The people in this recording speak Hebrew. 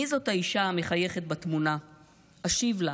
/ מי זאת האישה המחייכת בתמונה / אני אשיב לה: